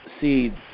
seeds